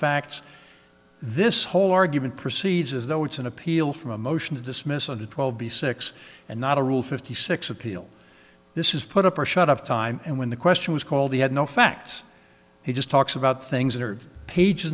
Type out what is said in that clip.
facts this whole argument proceeds as though it's an appeal from a motion to dismiss under twelve b six and not a rule fifty six appeal this is put up or shut up time and when the question was called he had no facts he just talks about things that are pages